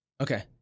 Okay